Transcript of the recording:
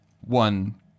one